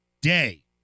day